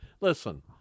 listen –